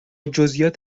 جزییات